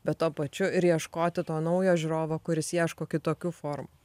bet tuo pačiu ir ieškoti to naujo žiūrovo kuris ieško kitokių formų